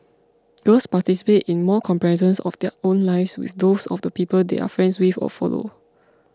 girls participate in more comparisons of their own lives with those of the people they are friends with or follow